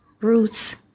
Roots